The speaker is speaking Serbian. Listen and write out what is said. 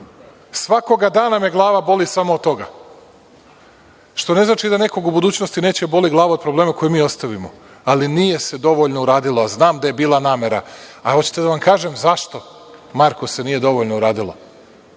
Svakoga dana me glava boli samo od toga, što ne znači da nekoga u budućnosti neće da boli glava od problema koje mi ostavimo, ali nije se dovoljno uradilo, a znam da je bila namera. Hoćete da vam kažem zašto, Marko, se nije dovoljno uradilo?